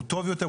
הוא טוב יותר,